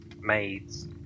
Maids